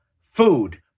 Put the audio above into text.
food